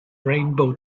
rainbow